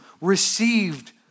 received